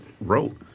wrote